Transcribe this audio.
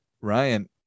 Ryan